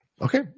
Okay